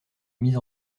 mise